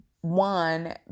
One